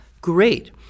great